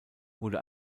wurde